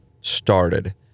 started